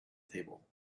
table